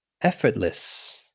effortless